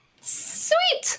Sweet